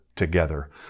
Together